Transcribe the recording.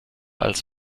als